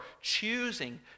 choosing